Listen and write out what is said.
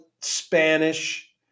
Spanish